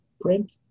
print